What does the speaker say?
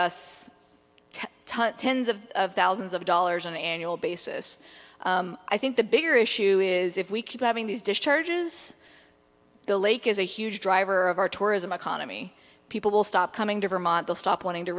us tens of thousands of dollars on an annual basis i think the bigger issue is if we keep having these discharge is the lake is a huge driver of our tourism economy people will stop coming to vermont they'll stop wanting to